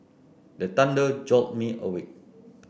the thunder jolt me awake